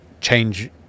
change